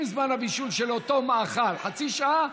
אם זמן הבישול של אותו מאכל חצי שעה,